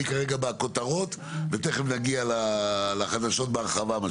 אני כרגע בכותרות ומיד נגיע לחדשות בהרחבה.